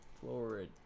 Florida